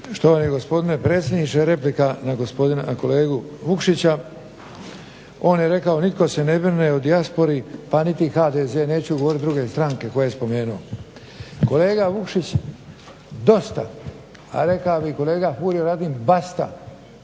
Štovani gospodine predsjedniče, replika na gospodina, na kolegu Vukšića. On je rekao nitko se ne brine o dijaspori, pa niti HDZ, neću govoriti druge stranke koje je spomenuo. Kolega Vukšić dosta, rekao bi kolega Furio Radin basta